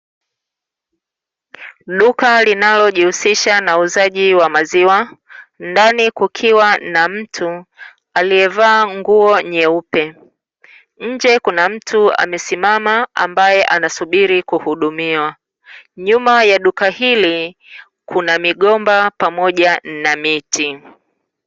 Duka linalojihusisha na uuzaji maziwa, ndani kukiwa na mtu, aliyevaa nguo nyeupe. Nje kuna mtu amesimama ambaye anasubiri kuhudumiwa. Nyuma ya duka hili kuna migomba pamoja na miti.